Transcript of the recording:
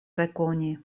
rekoni